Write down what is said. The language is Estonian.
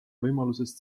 võimalusest